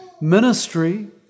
ministry